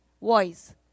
voice